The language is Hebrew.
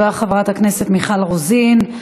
תודה רבה, חברת הכנסת מיכל רוזין.